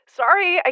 sorry